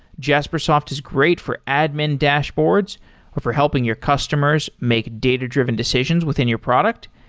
jaspersoft is great for admin dashboards or for helping your customers make data-driven decisions within your product,